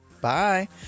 bye